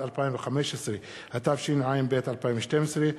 התשע"ב 2012,